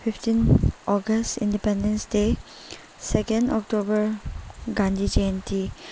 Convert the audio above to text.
fifteen August independence day second October Gandhi Jayanti